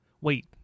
Wait